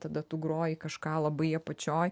tada tu groji kažką labai apačioj